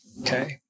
okay